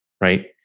Right